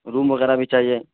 روم وغیرہ بھی چاہیے